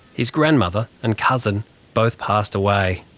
his grandmother and cousin both passed away.